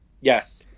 Yes